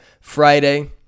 Friday